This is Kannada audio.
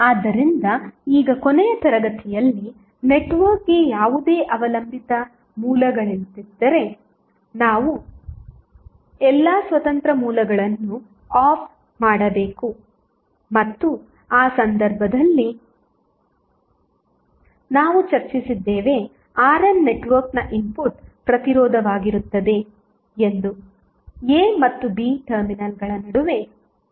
ಆದ್ದರಿಂದ ಈಗ ಕೊನೆಯ ತರಗತಿಯಲ್ಲಿ ನೆಟ್ವರ್ಕ್ಗೆ ಯಾವುದೇ ಅವಲಂಬಿತ ಮೂಲಗಳಿಲ್ಲದಿದ್ದರೆ ನಾವು ಎಲ್ಲಾ ಸ್ವತಂತ್ರ ಮೂಲಗಳನ್ನು ಆಫ್ ಮಾಡಬೇಕು ಮತ್ತು ಆ ಸಂದರ್ಭದಲ್ಲಿನಾವು ಚರ್ಚಿಸಿದ್ದೇವೆ RN ನೆಟ್ವರ್ಕ್ನ ಇನ್ಪುಟ್ ಪ್ರತಿರೋಧವಾಗಿರುತ್ತದೆ ಎಂದು a ಮತ್ತು b ಟರ್ಮಿನಲ್ಗಳ ನಡುವೆ ನೋಡಲಾಗುತ್ತಿದೆ